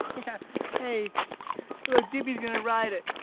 hey, look doopey's gonna ride it.